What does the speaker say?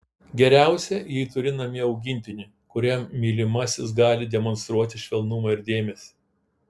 geriausia jei turi namie augintinį kuriam mylimasis gali demonstruoti švelnumą ir dėmesį